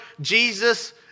Jesus